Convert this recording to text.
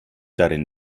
darin